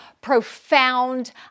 profound